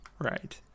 Right